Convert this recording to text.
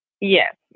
Yes